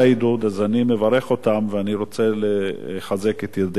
אז אני מברך אותם ואני רוצה לחזק את ידי חברי.